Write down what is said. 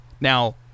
Now